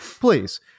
please